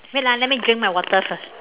wait ah let me drink my water first